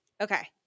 Okay